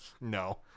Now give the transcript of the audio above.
No